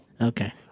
Okay